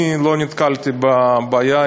אני לא נתקלתי בבעיה,